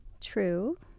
True